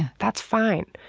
and that's fine.